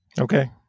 okay